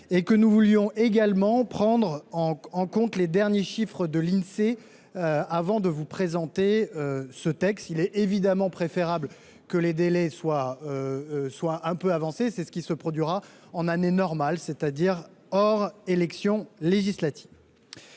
en outre, nous souhaitions prendre en compte les derniers chiffres de l'Insee avant de vous présenter ce texte. Il est évidemment préférable que les délais soient un peu plus larges, c'est ce qui se produira en année normale, en dehors des élections législatives.